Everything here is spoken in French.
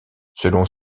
selon